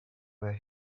where